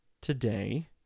today